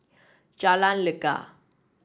Jalan Lekar